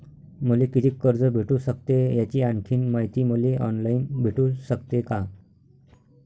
मले कितीक कर्ज भेटू सकते, याची आणखीन मायती मले ऑनलाईन भेटू सकते का?